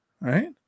right